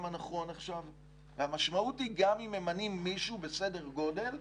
ארגוניים שמובילים גם לשינויים בחקיקה.